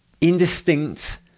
indistinct